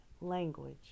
language